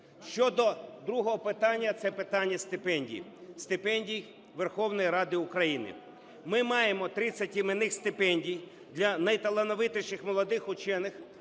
Щодо другого питання. Це питання стипендій, стипендій Верховної Ради України. Ми маємо 30 іменних стипендій для найталановитіших молодих вчених,